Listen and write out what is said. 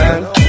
man